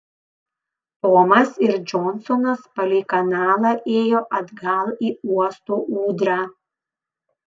tomas ir džonsonas palei kanalą ėjo atgal į uosto ūdrą